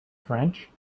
french